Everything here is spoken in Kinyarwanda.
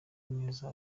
neza